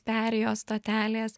perėjos stotelės